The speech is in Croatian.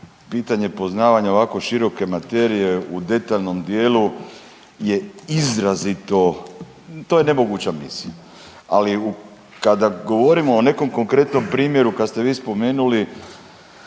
pitanje poznavanja ovako široke materije u detaljnom dijelu je izrazito, to je nemoguća misija. Ali, kada govorimo o nekom konkretnom primjeru, kad ste vi spomenuli